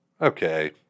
Okay